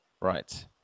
Right